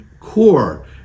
core